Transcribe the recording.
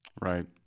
Right